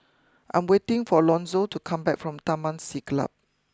I'm waiting for Lonzo to come back from Taman Siglap